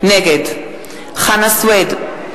נגד חנא סוייד,